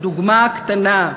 דוגמה קטנה,